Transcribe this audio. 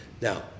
Now